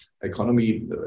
economy